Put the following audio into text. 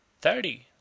Thirty